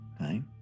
right